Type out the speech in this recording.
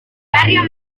barrio